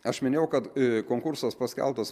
aš minėjau kad konkursas paskelbtas